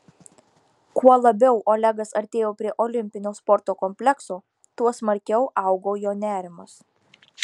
kuo labiau olegas artėjo prie olimpinio sporto komplekso tuo smarkiau augo jo nerimas